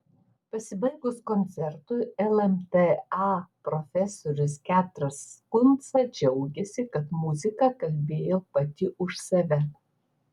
pasibaigus koncertui lmta profesorius petras kunca džiaugėsi kad muzika kalbėjo pati už save